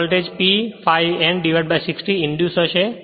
voltage P ∅ N 60 ઇંડ્યુસહશે